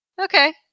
okay